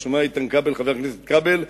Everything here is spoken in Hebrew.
אתה שומע, חבר הכנסת איתן כבל?